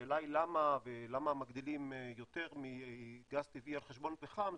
השאלה למה ולמה מגדילים יותר מגז טבעי על חשבון פחם,